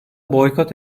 boykot